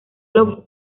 los